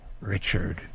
Richard